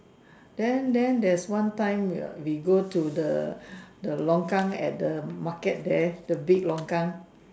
then then there is one time we we go to the the longkang at the market there the big longkang